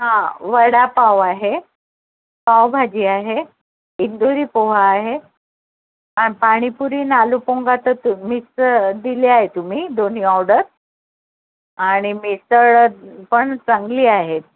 हां वडापाव आहे पावभाजी आहे इंदोरी पोहा आहे आन् पाणीपुरी न आलूपोंगा त तुम्हीच दिली आहे तुम्ही दोन्ही ऑर्डर आणि मिसळ पण चांगली आहे